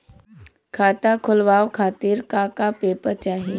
खाता खोलवाव खातिर का का पेपर चाही?